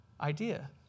idea